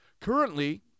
Currently